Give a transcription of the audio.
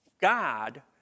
God